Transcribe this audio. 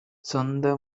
சொந்த